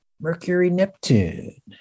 Mercury-Neptune